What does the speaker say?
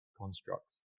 Constructs